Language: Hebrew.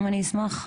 אני אשמח.